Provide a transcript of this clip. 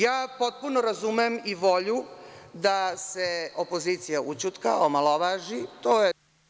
Ja potpuno razumem i volju da se opozicija ućutka, omalovaži, to je…